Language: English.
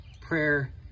Prayer